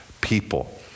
people